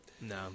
No